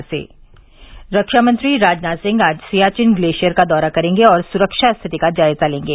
राजनाथ दौरा रक्षा मंत्री राजनाथ सिंह आज सियाचिन ग्लेशियर का दौरा करेंगे और सुरक्षा स्थिति का जायज़ा लेंगे